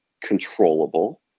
controllable